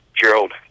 Gerald